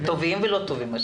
טובים ולא טובים.